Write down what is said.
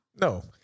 No